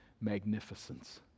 magnificence